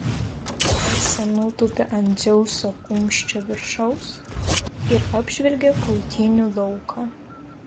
pabaisa nutūpė ant dzeuso kumščio viršaus ir apžvelgė kautynių lauką